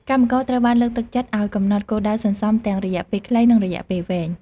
កម្មករត្រូវបានលើកទឹកចិត្តឲ្យកំណត់គោលដៅសន្សំទាំងរយៈពេលខ្លី និងរយៈពេលវែង។